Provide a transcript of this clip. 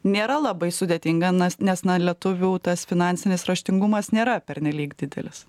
nėra labai sudėtinga nas nes na lietuvių tas finansinis raštingumas nėra pernelyg didelis